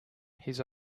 his